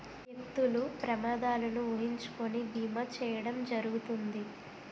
వ్యక్తులు ప్రమాదాలను ఊహించుకొని బీమా చేయడం జరుగుతుంది